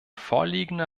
vorliegende